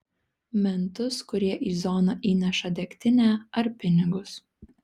mentus kurie į zoną įneša degtinę ar pinigus